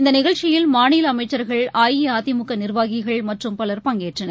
இந்தநிகழ்ச்சியில் மாநிலஅமைச்சா்கள் அஇஅதிமுகநிா்வாகிகள் மற்றும் பலா் பங்கேற்றனர்